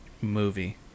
Movie